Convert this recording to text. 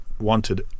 wanted